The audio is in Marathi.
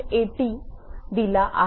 80 दिला आहे